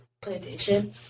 plantation